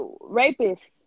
rapists